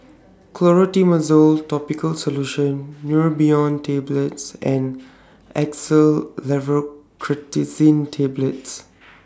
Clotrimozole Topical Solution Neurobion Tablets and Xyzal Levocetirizine Tablets